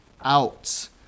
out